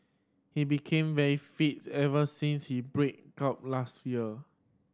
he became very fit ever since he break up last year